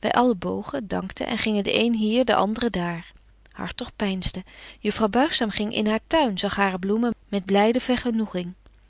wy allen bogen dankten en gingen de een hier de andre daar hartog peinsde juffrouw buigzaam ging in haar tuin zag hare bloemen met blyde vergenoeging